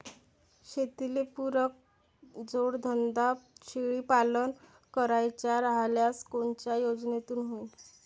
शेतीले पुरक जोडधंदा शेळीपालन करायचा राह्यल्यास कोनच्या योजनेतून होईन?